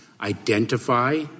identify